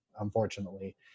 unfortunately